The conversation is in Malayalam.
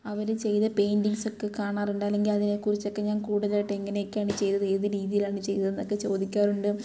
അവർ ചെയ്ത പെയിൻറ്റിഗ്സൊക്കെ കാണാറുണ്ട് അല്ലെങ്കിൽ അതിനെ കുറിച്ചൊക്കെ ഞാൻ കൂടുതലായിട്ട് എങ്ങനെയൊക്കെയാണ് ചെയ്തത് ഏത് രീതിയിലാണ് ചെയ്തെന്നൊക്കെ ചോദിക്കാറുണ്ട്